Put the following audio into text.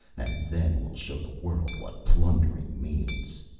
and then we'll show the world what plundering means!